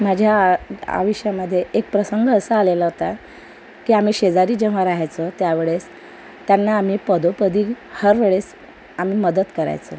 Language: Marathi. माझ्या आयुष्यामध्ये एक प्रसंग असा आलेला होता की आम्ही शेजारी जेव्हा रहायचं त्यावेळेस त्यांना आम्ही पदोपदी हरवेळेस आम्ही मदत करायचो